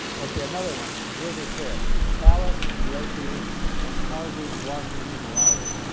ok another one there's a pair alice lakey and harvey washington wiley.